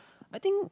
I think